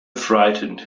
frightened